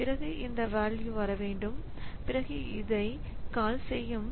பிறகு இந்த வேல்யூ வரவேண்டும் பிறகு இது இதை கால் செய்யும்